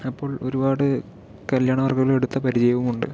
അപ്പോൾ ഒരുപാട് കല്യാണ വർക്കുകൾ എടുത്ത പരിചയവുമുണ്ട്